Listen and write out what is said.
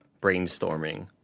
brainstorming